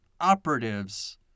operatives